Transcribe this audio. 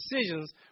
decisions